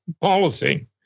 policy